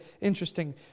interesting